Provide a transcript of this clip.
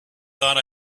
thought